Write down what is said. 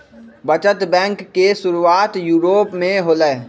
बचत बैंक के शुरुआत यूरोप में होलय